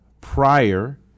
prior